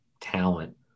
talent